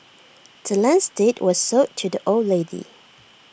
the land's deed was sold to the old lady